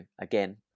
again